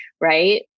right